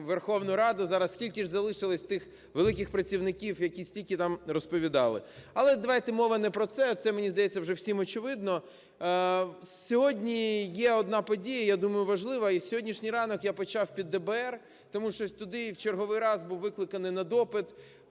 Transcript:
Верховну Раду зараз, скільки ж залишилося тих великих працівників, які стільки нам розповідали. Але, давайте, мова не про це. Це, мені здається, вже всім очевидно. Сьогодні є одна подія, я думаю, важлива. І сьогоднішній ранок я почав під ДБР, тому що туди в черговий раз був викликаний на допит